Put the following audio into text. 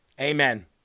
Amen